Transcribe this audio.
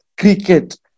cricket